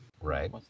Right